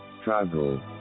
struggle